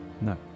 No